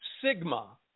sigma